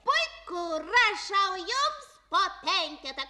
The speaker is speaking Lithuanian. puiku rašau jums po penketą